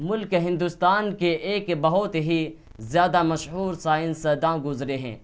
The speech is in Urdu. ملک ہندوستان کے ایک بہت ہی زیادہ مشہور سائنس داں گزرے ہیں